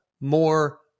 more